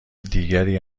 دیگری